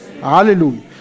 Hallelujah